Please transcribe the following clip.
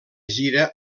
gira